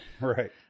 Right